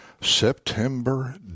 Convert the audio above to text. September